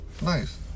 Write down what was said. nice